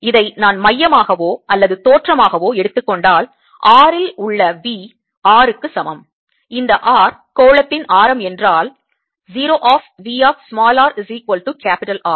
இதை நான் மையமாகவோ அல்லது தோற்றமாகவோ எடுத்துக் கொண்டால் r இல் உள்ள V R க்கு சமம் இந்த R கோளத்தின் ஆரம் என்றால் 0 V r R 0